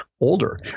older